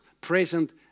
present